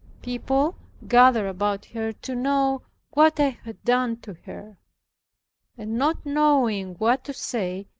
people gathered about her to know what i had done to her and not knowing what to say,